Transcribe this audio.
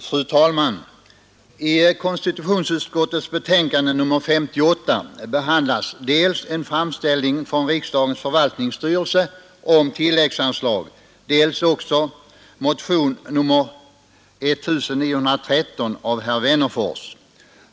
Fru talman! I konstitutionsutskottets betänkande nr 58 behandlas dels en framställning från riksdagens förvaltningsstyrelse om tilläggsanslag, dels också motionen 1913 av herr Wennerfors.